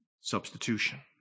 Substitution